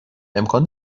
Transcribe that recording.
امکان